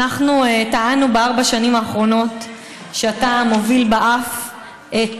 אנחנו טענו בארבע השנים האחרונות שאתה מוביל באף את